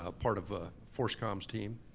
ah part of ah forscom's team.